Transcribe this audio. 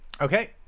Okay